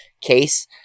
case